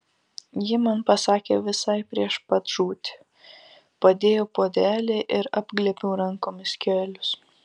ji man pasakė visai prieš pat žūtį padėjau puodelį ir apglėbiau rankomis kelius